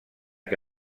que